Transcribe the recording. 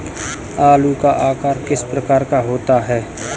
आलू का आकार किस प्रकार का होता है?